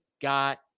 got